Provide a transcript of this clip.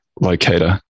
locator